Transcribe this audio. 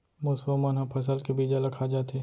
मुसवा मन ह फसल के बीजा ल खा जाथे